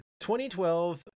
2012